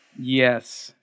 Yes